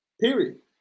period